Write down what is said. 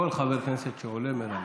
כל חבר כנסת שעולה, מרגש.